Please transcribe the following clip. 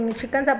chicken